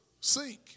sink